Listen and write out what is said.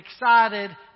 excited